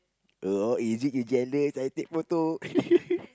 oh is it you jealous I take photo